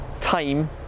time